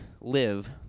live